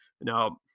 Now